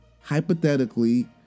hypothetically